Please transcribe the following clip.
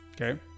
Okay